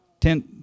Ten